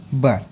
बरं